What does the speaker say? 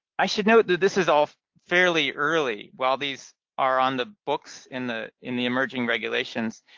i should note that this is all fairly early. while these are on the books in the in the emerging regulations,